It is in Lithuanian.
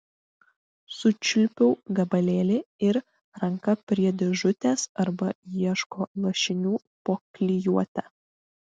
sučiulpiau gabalėlį ir ranka prie dėžutės arba ieško lašinių po klijuotę